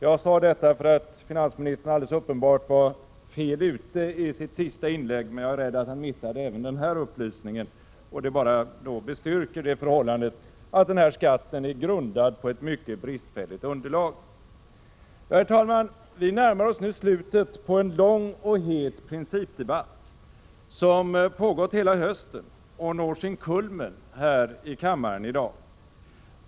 Jag vill säga detta eftersom finansministern alldeles uppenbart var fel ute i sitt sista inlägg. Jag är rädd att han missade även den här upplysningen, men hans missuppfattning på den här punkten bara styrker det faktum att förslaget till denna skatt är grundat på ett mycket bristfälligt underlag. Herr talman! Vi närmar oss nu slutet på en lång och het principdebatt, som pågått hela hösten och når sin kulmen här i kammaren i dag.